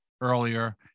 earlier